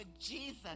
jesus